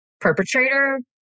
perpetrator